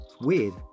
weird